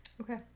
Okay